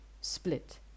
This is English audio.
split